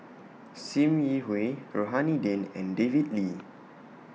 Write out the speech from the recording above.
SIM Yi Hui Rohani Din and David Lee